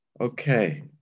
Okay